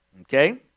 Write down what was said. Okay